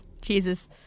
Jesus